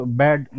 bad